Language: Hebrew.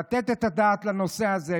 לתת את הדעת על הנושא הזה.